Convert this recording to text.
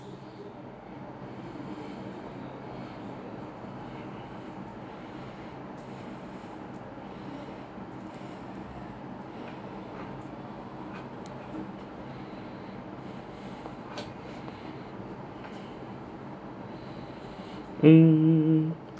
mm